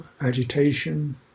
agitation